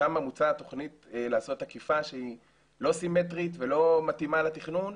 שם מוצע לעשות עקיפה שהיא לא סימטרית ולא מתאימה לתכנון.